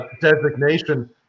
designation